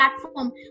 platform